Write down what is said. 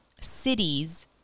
cities